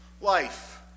life